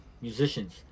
musicians